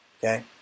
okay